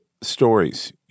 stories